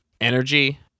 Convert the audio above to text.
energy